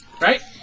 Right